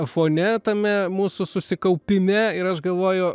fone tame mūsų susikaupime ir aš galvoju